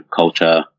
culture